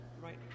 right